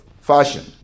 fashion